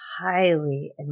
highly